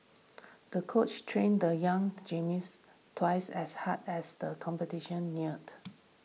the coach trained the young gymnast twice as hard as the competition neared